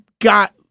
got